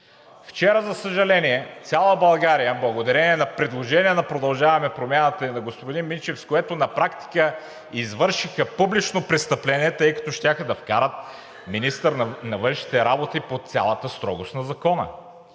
Вчера, за съжаление, цяла България… Благодарение на предложение на „Продължаваме Промяната“ и на господин Минчев, с което на практика извършиха публично престъпление, щяха да вкарат министъра на външните работи под цялата строгост на закона.